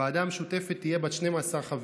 הוועדה המשותפת תהיה בת 12 חברים,